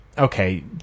Okay